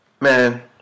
Man